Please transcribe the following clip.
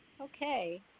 Okay